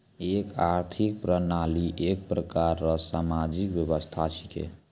एक आर्थिक प्रणाली एक प्रकार रो सामाजिक व्यवस्था छिकै